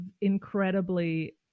incredibly